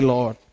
Lord